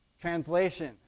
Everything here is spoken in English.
translation